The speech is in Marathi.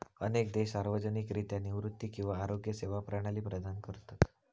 अनेक देश सार्वजनिकरित्या निवृत्ती किंवा आरोग्य सेवा प्रणाली प्रदान करतत